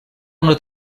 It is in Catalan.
una